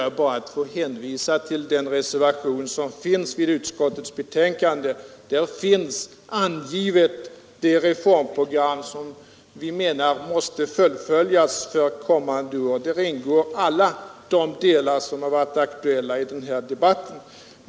Jag ber att få hänvisa till reservationen I till utskottets betänkande — där finns det reformprogram angivet som vi menar måste fullföljas för kommande år, och i det ingår alla de delar som varit aktuella i denna debatt.